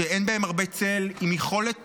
שאין בהן הרבה צל, עם יכולת